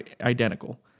identical